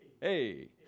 hey